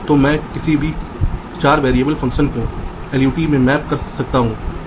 तो उसी तरह से वे रूट किए जाते हैं